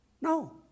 No